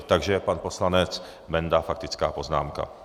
Takže pan poslanec Benda faktická poznámka.